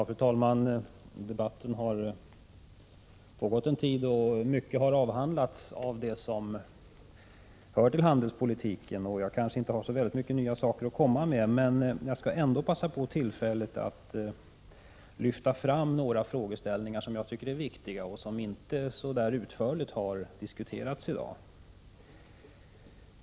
Fru talman! Debatten har pågått en stund, och mycket har avhandlats av det som hör till handelspolitiken. Jag kanske inte har särskilt mycket nytt att komma med, men jag skall ändå passa på tillfället att lyfta fram några frågeställningar som jag tycker är viktiga och som inte så utförligt har diskuterats i dag.